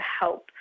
help